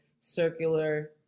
circular